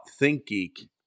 ThinkGeek